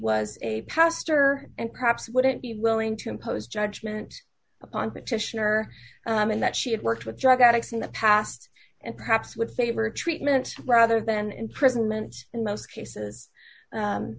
was a pastor and perhaps wouldn't be willing to impose judgment upon petitioner and that she had worked with drug addicts in the past and perhaps would favor a treatment rather than imprisonment in most cases